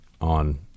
on